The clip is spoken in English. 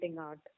art